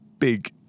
big